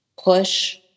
push